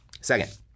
Second